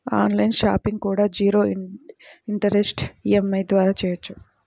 on line shopping కూడా zero interest EMI ద్వారా చెయ్యొచ్చు